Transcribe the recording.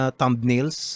thumbnails